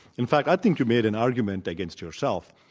in fact, i think you made an argument against yourself.